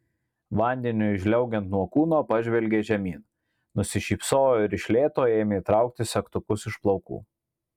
vandeniui žliaugiant nuo kūno pažvelgė žemyn nusišypsojo ir iš lėto ėmė traukti segtukus iš plaukų